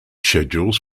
schedules